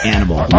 Animal